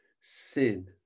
sin